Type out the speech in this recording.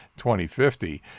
2050